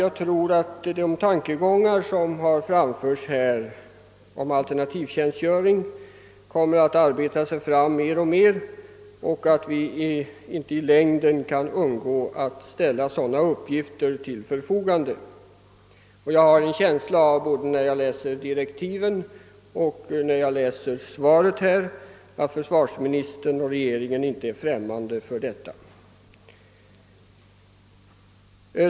Jag tror att de tankegångar som här har förts fram om alternativtjänstgöring kommer att arbeta sig fram mer och mer och att vi i längden inte kan undgå att ställa sådana uppgifter till förfogande. Både när jag läser direktiven och när jag läser svaret här får jag en känsla av att försvarsministern och regeringen inte är främmande för detta.